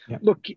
look